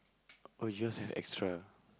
or just extra